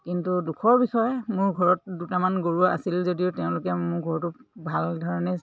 কিন্তু দুখৰ বিষয়ে মোৰ ঘৰত দুটামান গৰু আছিল যদিও তেওঁলোকে মোৰ গৰুটো ভাল ধৰণে